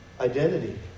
identity